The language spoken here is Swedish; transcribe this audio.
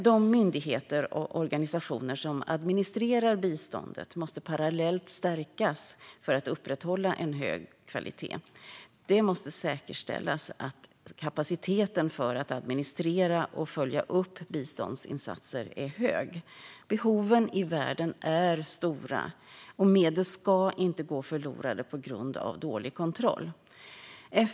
De myndigheter och organisationer som administrerar biståndet måste parallellt stärkas för att upprätthålla en hög kvalitet. Det måste säkerställas att kapaciteten att administrera och följa upp biståndsinsatser är hög. Behoven i världen är stora, och medel ska inte gå förlorade på grund av dålig kontroll.